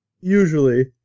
Usually